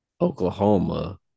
oklahoma